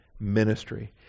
ministry